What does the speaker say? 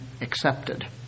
accepted